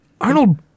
Arnold